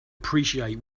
appreciate